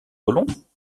colons